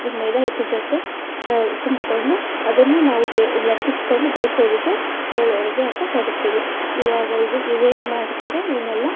ಮೈದಾ ಹಿಟ್ಟು ಜೊತೆ ತುಂಬಿಕೊಂಡು ಅದನ್ನು ನಾವು ಬೆ ಲಟ್ಟಿಸಿಕೊಂಡು ಬೇಯಿಸೋದಕ್ಕೆ ಎಳ್ಳು ಹೋಳಿಗೆ ಅಂತ ಕರಿತೀವಿ ಈವಾಗ ಇದು ಇವು ಏನು ಮಾಡ್ತಾರೆ ಇವುನ್ನೆಲ್ಲ